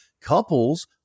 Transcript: Couples